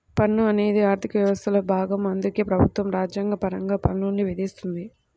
పన్ను అనేది ఆర్థిక వ్యవస్థలో భాగం అందుకే ప్రభుత్వం రాజ్యాంగపరంగా పన్నుల్ని విధిస్తుంది